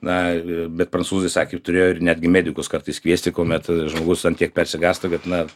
na bet prancūzai sakė ir turėjo ir netgi medikus kartais kviesti kuomet žmogus ant tiek persigąsta kad na